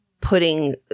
putting